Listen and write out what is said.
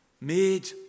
Made